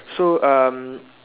so um